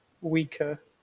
weaker